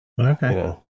Okay